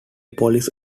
police